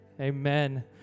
Amen